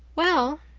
well,